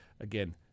again